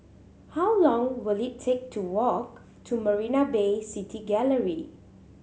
how long will it take to walk to Marina Bay City Gallery